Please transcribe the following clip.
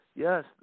Yes